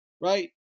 right